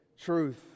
truth